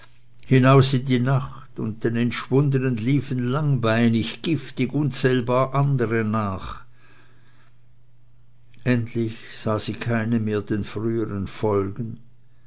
hinaus in die nacht und den entschwundenen liefen langbeinig giftig unzählbar andere nach endlich sah sie keine mehr den frühern folgen